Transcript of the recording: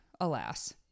Alas